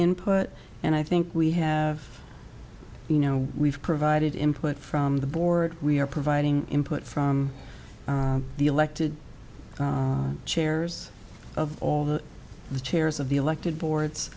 input and i think we have you know we've provided input from the board we are providing input from the elected chairs of all the chairs of the elected boards